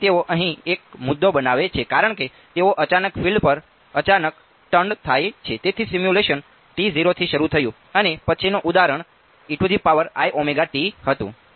તેથી તેઓ અહીં એક મુદ્દો બનાવે છે કારણ કે તેઓ અચાનક ફિલ્ડ્સ પર અચાનક ટન્ર્ડ થાય છે તેથી સિમ્યુલેશન t 0 થી શરૂ થયું અને પછીનું ઉદાહરણ હતું